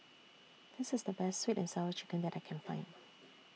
This IS The Best Sweet and Sour Chicken that I Can Find